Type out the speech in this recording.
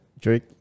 Drake